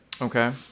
Okay